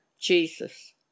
Jesus